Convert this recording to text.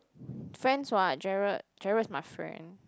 friends what Gerald Gerald is my friend